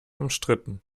umstritten